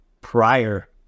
prior